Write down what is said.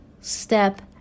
step